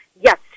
Yes